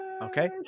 Okay